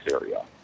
area